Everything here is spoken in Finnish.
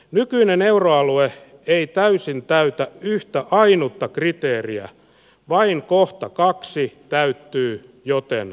nykyinen euroalue ei täysin täytä yhtä ainutta criteriaa vain kohta kaksi täyttyi joten